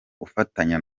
ufatanya